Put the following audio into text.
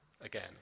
again